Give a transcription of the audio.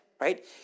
right